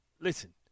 Listen